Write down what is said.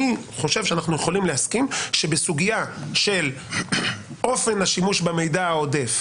אני חושב שאנחנו יכולים להסכים שבסוגיה של אופן השימוש במידע העודף,